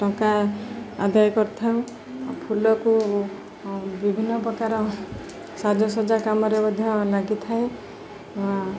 ଟଙ୍କା ଆଦାୟ କରିଥାଉ ଫୁଲକୁ ବିଭିନ୍ନ ପ୍ରକାର ସାଜସଜ୍ଜା କାମରେ ମଧ୍ୟ ଲାଗିଥାଏ